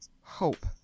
hope